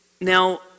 Now